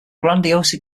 grandiose